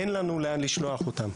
אין לנו לאן לשלוח אותם.